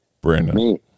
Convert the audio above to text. Brandon